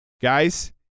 guys